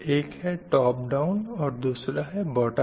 एक है top down और दूसरी है बॉटम अप